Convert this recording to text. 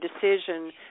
decision